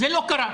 זה לא קרה.